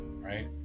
right